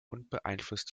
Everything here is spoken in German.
unbeeinflusst